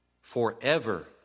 Forever